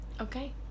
Okay